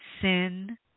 sin